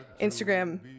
instagram